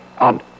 On